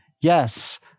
Yes